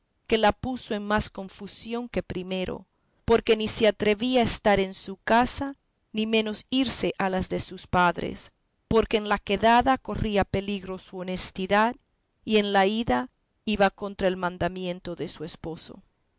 que la puso en más confusión que primero porque ni se atrevía a estar en su casa ni menos irse a la de sus padres porque en la quedada corría peligro su honestidad y en la ida iba contra el mandamiento de su esposo